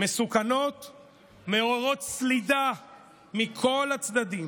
מסוכנות, מעוררות סלידה מכל הצדדים.